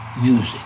music